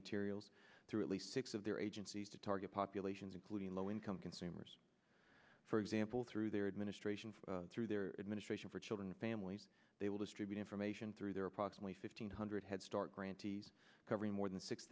materials through at least six of their agencies to target populations including low income consumers for example through their administration through their administration for children and families they will distribute information through their approximately fifteen hundred headstart grantees covering more than six